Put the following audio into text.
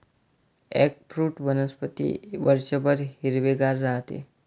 eggfruit वनस्पती वर्षभर हिरवेगार राहते